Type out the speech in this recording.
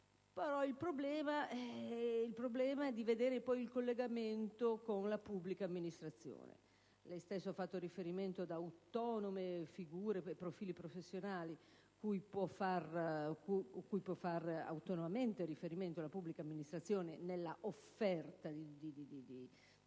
il problema del collegamento con la pubblica amministrazione. Lei stesso ha fatto riferimento ad autonome figure per profili professionali cui può autonomamente rivolgersi la pubblica amministrazione nell'offerta di